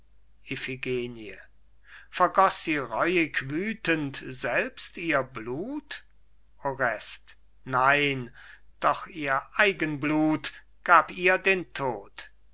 vergoß sie reuig wüthend selbst ihr blut orest nein doch ihr eigen blut gab ihr den tod